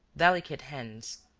delicate hands,